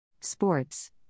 Sports